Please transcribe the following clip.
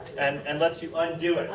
and lets you undo.